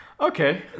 Okay